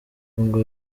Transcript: ngo